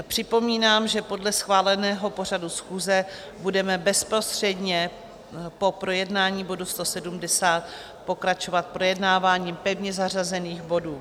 Připomínám, že podle schváleného pořadu schůze budeme bezprostředně po projednání bodu 170 pokračovat projednáváním pevně zařazených bodů.